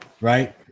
right